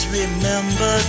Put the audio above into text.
remember